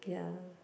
ya